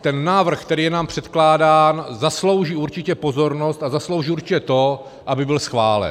Ten návrh, který je nám předkládán, zaslouží určitě pozornost a zaslouží si určitě to, aby byl schválen.